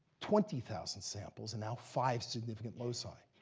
twenty thousand samples, and now five significant loci.